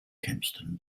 kempston